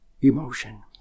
emotion